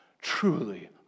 truly